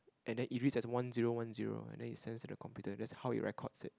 and then it reads as one zero one zero and then it sends to the computer that's how you records it